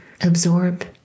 absorb